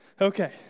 Okay